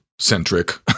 centric